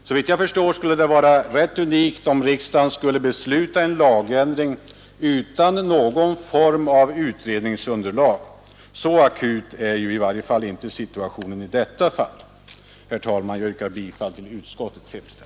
Såvitt jag förstår skulle det vara rätt unikt, om riksdagen skulle besluta en lagändring utan någon form av utredningsunderlag. Så akut är ju inte situationen i detta fall. Herr talman! Jag yrkar bifall till utskottets hemställan.